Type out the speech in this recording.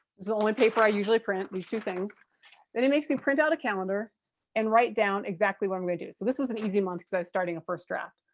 the only paper i usually print, these two things then he makes me print out a calendar and write down exactly what i'm gonna do. so this was an easy month because i was starting a first draft.